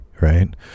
Right